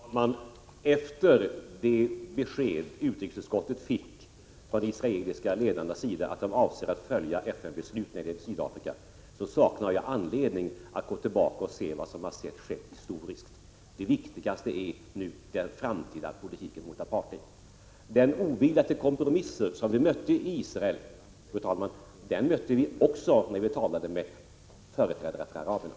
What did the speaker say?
Fru talman! Efter det besked utrikesutskottet fick från de israeliska ledarnas sida, att de avser att följa FN:s beslut när det gäller Sydafrika, saknar jag anledning att gå tillbaka och se vad som har skett historiskt. Det viktigaste är nu den framtida politiken mot apartheid. Fru talman! Den ovilja till kompromisser som vi mötte i Israel mötte vi — Prot. 1986/87:29 också när vi talade med företrädare för araberna.